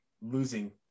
losing